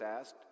asked